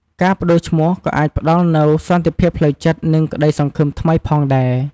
ការប្ដូរឈ្មោះក៏អាចផ្ដល់នូវ សន្តិភាពផ្លូវចិត្ត និងក្តីសង្ឃឹមថ្មីផងដែរ។